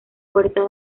puerta